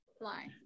fly